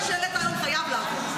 החוק הזה שהעלית היום חייב לעבור,